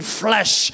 flesh